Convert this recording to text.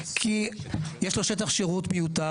כי יש לו שטח שירות מיותר,